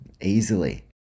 easily